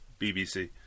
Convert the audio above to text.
BBC